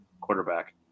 quarterback